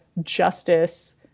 justice